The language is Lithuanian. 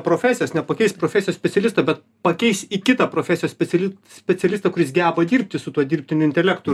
profesijos nepakeis profesijos specialisto bet pakeis į kitą profesijos speciali specialistą kuris geba dirbti su tuo dirbtiniu intelektu